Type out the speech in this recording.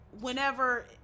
whenever